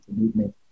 Movement